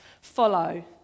follow